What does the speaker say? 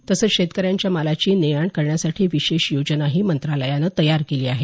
तसंच शेतकऱ्यांच्या मालाची ने आण करण्यासाठी विशेष योजनाही मंत्रालयानं तयार केली आहे